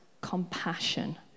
compassion